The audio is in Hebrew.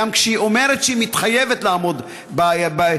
גם כשהיא אומרת שהיא מתחייבת לעמוד בכללים